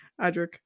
Adric